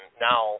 now